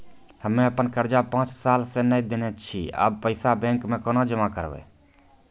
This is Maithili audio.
हम्मे आपन कर्जा पांच साल से न देने छी अब पैसा बैंक मे कोना के जमा करबै?